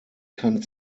kann